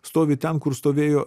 stovi ten kur stovėjo